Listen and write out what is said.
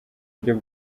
buryo